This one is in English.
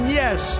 yes